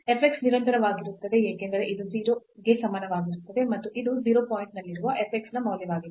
f x ನಿರಂತರವಾಗಿರುತ್ತದೆ ಏಕೆಂದರೆ ಇದು 0 ಗೆ ಸಮಾನವಾಗಿರುತ್ತದೆ ಮತ್ತು ಇದು 0 0 ಪಾಯಿಂಟ್ನಲ್ಲಿರುವ fx ನ ಮೌಲ್ಯವಾಗಿದೆ